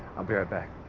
i'll be right back.